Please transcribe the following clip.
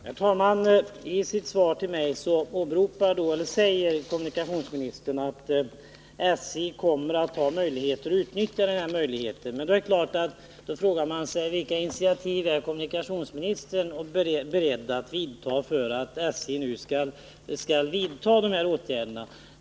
Herr talman! I sitt svar till mig säger kommunikationsministern att SJ kommer att utnyttja den här möjligheten. Men då frågar man sig: Vilka initiativ är kommunikationsministern beredd till för att SJ nu skall vidta de här åtgärderna?